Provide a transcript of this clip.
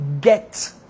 get